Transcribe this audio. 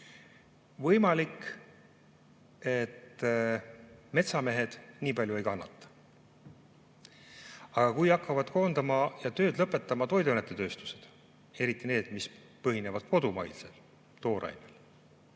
võimalik, et metsamehed nii palju ei kannata. Aga kui hakkavad koondama ja tööd lõpetama toiduainetööstused, eriti need, mis põhinevad kodumaisel toorainel,